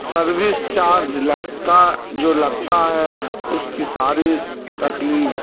service charge لگتا جو لگتا ہے اس کی ساری